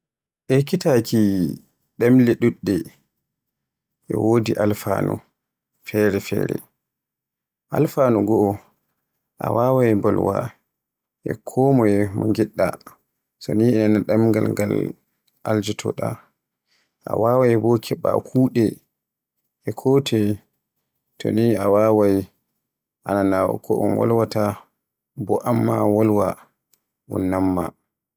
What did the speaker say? Ekkitaki ɗemle ɗuɗɗe e wodi alfanu fere-fere, alfanu goo a waawai mbolwa e moye no ngiɗɗa to ni e nanaa ɗemgal ngal aljotoɗa, a waawai bo keɓa kuuɗe e kotoye to ni a waawai na ko un wolwaata bo amma a wolway un nanumaa.